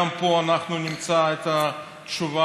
גם פה אנחנו נמצא את התשובה,